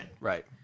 Right